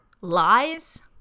lies